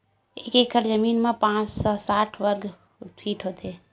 एक एकड़ जमीन मा पांच सौ साठ वर्ग फीट होथे